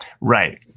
Right